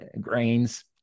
grains